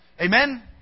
Amen